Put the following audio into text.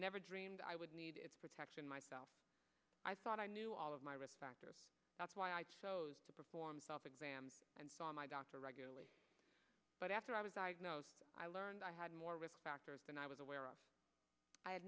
never dreamed i would need protection myself i thought i knew all of my risk factor that's why i performed self exams and saw my doctor regularly but after i was diagnosed i learned i had more risk factors than i was aware of i had